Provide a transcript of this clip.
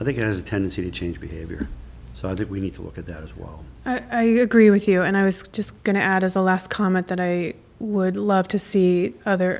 i think it has a tendency to change behavior so i think we need to look at that as well i agree with you and i was just going to add as a last comment that i would love to see ther